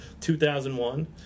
2001